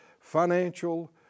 financial